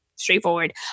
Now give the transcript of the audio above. straightforward